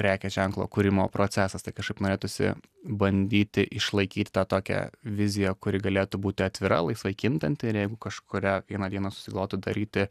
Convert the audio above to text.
prekės ženklo kūrimo procesas tai kažkaip norėtųsi bandyti išlaikyt tą tokią viziją kuri galėtų būti atvira laisvai kintanti ir jeigu kažkurią vieną dieną susigalvotų daryti